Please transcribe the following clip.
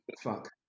fuck